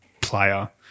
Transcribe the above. player